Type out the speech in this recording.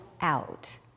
out